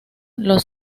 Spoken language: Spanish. los